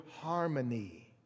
harmony